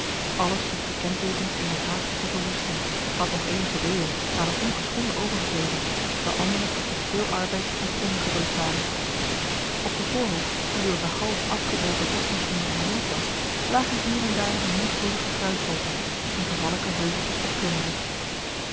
alles droeg de kentekens ener haastige verwoesting want nog enige delen waren ongeschonden overgebleven terwijl andere met veel arbeid ten gronde gedrukt waren op de voorhof die door de halfafgebroken vestingsmuur omringd was lagen hier en daar menigvuldige gruishopen in gevallijke heuveltjes opklimmende